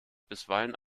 bisweilen